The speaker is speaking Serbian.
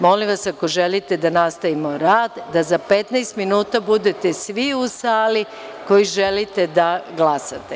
Molim vas ako želite da nastavimo rad da za 15 minuta budete svi u sali koji želite da glasate.